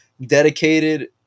dedicated